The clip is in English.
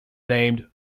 named